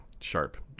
sharp